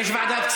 אבל איזו ועדה?